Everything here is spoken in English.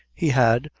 he had,